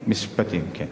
משפטים, כן.